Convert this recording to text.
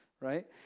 right